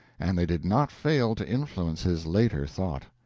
and they did not fail to influence his later thought.